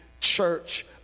church